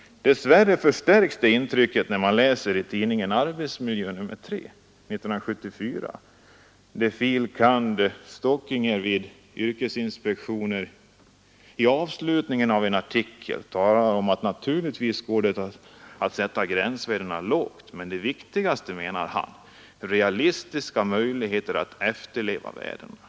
Dess värre förstärks det intrycket när man läser tidningen Arbetsmiljö nr 3 år 1974, där fil. kand. Marino Stockinger vid yrkesinspektionen i avslutningen av en artikel talar om att det naturligtvis går att sätta gränsvärdena lågt, men det viktigaste, menar han, är ”realistiska möjligheter att efterleva värdena”.